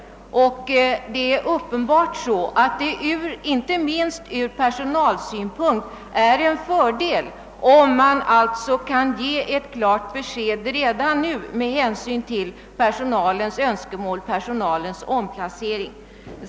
Det är uppenbart så att det inte minst ur personalsynpunkt är en fördel om man redan nu kan ge ett klart besked med hänsyn till personalens önskemål om omplacering.